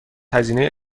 هزینه